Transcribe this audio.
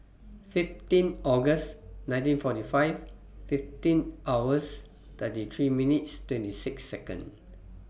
fifteen August nineteen forty five fifteen hours thirty three minutes twenty six Second